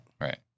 right